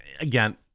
again